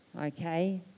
okay